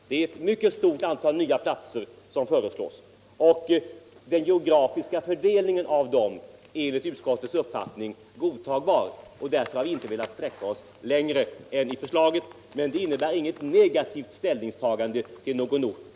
Det är ett mycket stort antal nya platser som föreslås, och den geografiska fördelningen av dem är enligt utskottets uppfattning godtagbar. Därför har vi inte velat sträcka oss längre i vårt förslag. Men det innebär inte i och för sig ett negativt ställningstagande till någon ort.